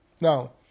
Now